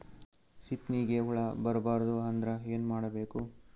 ಸೀತ್ನಿಗೆ ಹುಳ ಬರ್ಬಾರ್ದು ಅಂದ್ರ ಏನ್ ಮಾಡಬೇಕು?